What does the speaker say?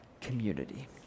community